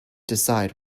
decide